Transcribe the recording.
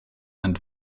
and